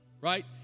right